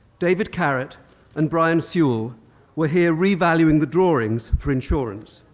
david carrot and bryan sewell were here revaluing the drawings for insurance.